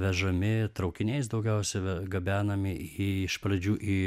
vežami traukiniais daugiausia gabenami į iš pradžių į